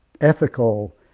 ethical